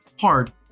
hard